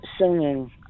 singing